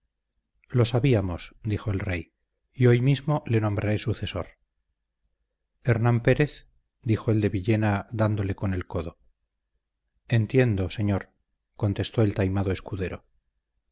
la sabíamos dijo el rey y hoy mismo le nombraré sucesor hernán pérez dijo el de villena dándole con el codo entiendo señor contestó el taimado escudero